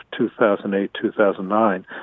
2008-2009